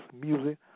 music